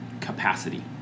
capacity